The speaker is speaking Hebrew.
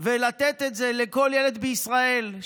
ולתת את זה לכל ילד בישראל,